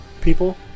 people